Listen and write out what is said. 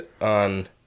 on